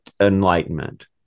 enlightenment